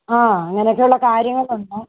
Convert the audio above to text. ആ അങ്ങനെയൊക്കെയുള്ള കാര്യങ്ങൾ ഉണ്ട്